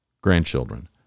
grandchildren